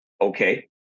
Okay